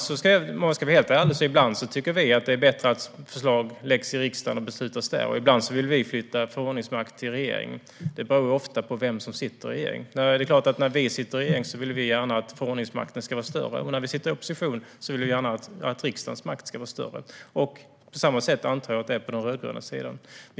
Om jag ska vara helt ärlig tycker vi ibland att det är bättre att förslag läggs fram i riksdagen och beslutas här. Ibland vill vi flytta förordningsmakt till regeringen. Det beror ofta på vem som sitter i regeringen. Det är klart att när vi sitter i regeringen vill vi gärna att förordningsmakten ska vara större, och när vi sitter i opposition vill vi gärna att riksdagens makt ska vara större. På samma sätt antar jag att det är på den rödgröna sidan.